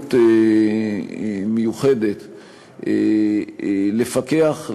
אחריות מיוחדת לפקח,